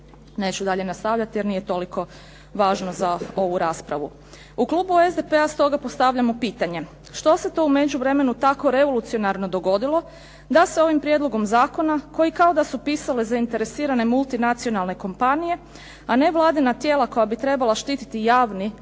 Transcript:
neću dalje nastavljati, jer nije toliko važno za ovu raspravu. U klubu SDP-a stoga postavljamo pitanje što se to u međuvremenu tako revolucionarno dogodilo da se ovim prijedlogom zakona koji kao da su pisale zainteresirane multinacionalne kompanije, a nevladina tijela koja bi trebala štititi javni,